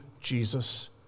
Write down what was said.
Jesus